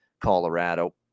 Colorado